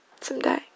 someday